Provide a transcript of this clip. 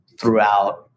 throughout